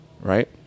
right